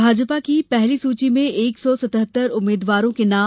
भाजपा की पहली सूची में एक सौ सतहत्तर उम्मीद्वारों के नाम